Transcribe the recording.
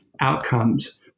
outcomes